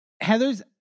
Heather's